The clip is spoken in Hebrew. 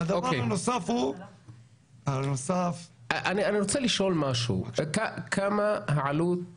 דבר נוסף -- אני רוצה לשאול משהו: מה העלות